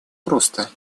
просто